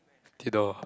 Theodore